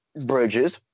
bridges